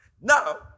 Now